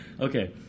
Okay